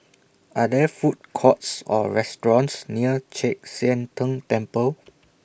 Are There Food Courts Or restaurants near Chek Sian Tng Temple